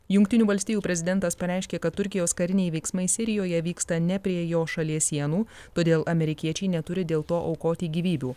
jungtinių valstijų prezidentas pareiškė kad turkijos kariniai veiksmai sirijoje vyksta ne prie jo šalies sienų todėl amerikiečiai neturi dėl to aukoti gyvybių